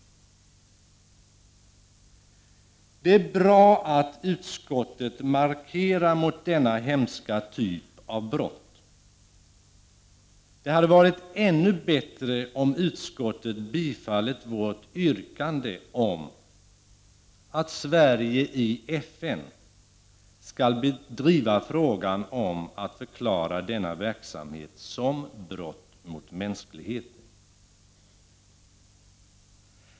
Det är bra att utskottet gör en markering mot denna hemska typ av brott. Det hade dock varit ännu bättre om utskottet hade tillstyrkt vårt yrkande om att Sverige i FN skall driva kravet på att man skall förklara denna verksamhet som brott mot mänskligheten.